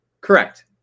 correct